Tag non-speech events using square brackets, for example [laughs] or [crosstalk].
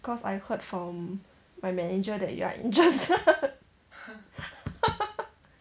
cause I heard from my manager that you are interested [laughs]